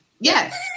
Yes